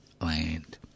land